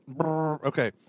Okay